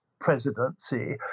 presidency